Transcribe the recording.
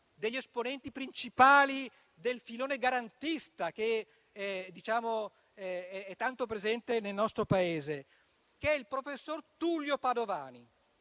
degli esponenti principali del filone garantista che è tanto presente nel nostro Paese. Mi riferisco al professor Tullio Padovani,